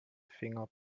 finger